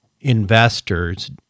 investors